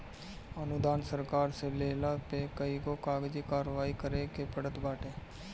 अनुदान सरकार से लेहला पे कईगो कागजी कारवाही करे के पड़त बाटे